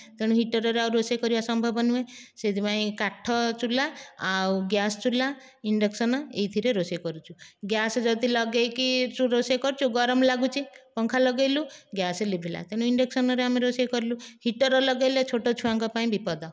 ତେଣୁ ହିଟର୍ରେ ଆଉ ରୋଷେଇ କରିବା ସମ୍ଭବ ନୁହଁ ସେଇଥିପାଇଁ କାଠ ଚୁଲ୍ହା ଆଉ ଗ୍ୟାସ୍ ଚୁଲ୍ହା ଇଣ୍ଡକ୍ସନ୍ ଏଇଥିରେ ରୋଷେଇ କରୁଛୁ ଗ୍ୟାସ୍ ଯଦି ଲଗେଇକି ରୋଷେଇ କରୁଛୁ ଗରମ ଲାଗୁଛି ପଙ୍ଖା ଲଗେଇଲୁ ଗ୍ୟାସ୍ ଲିଭିଲା ତେଣୁ ଇଣ୍ଡକ୍ସନ୍ରେ ଆମେ ରୋଷେଇ କଲୁ ହିଟର୍ ଲଗେଇଲେ ଛୋଟ ଛୁଆଙ୍କ ପାଇଁ ବିପଦ